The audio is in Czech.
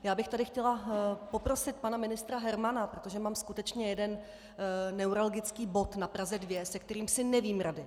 Já bych chtěla poprosit pana ministra Hermana, protože mám skutečně jeden neuralgický bod na Praze 2, se kterým si nevím rady.